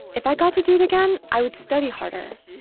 if i got to do it again, i would study harder.